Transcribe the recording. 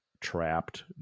trapped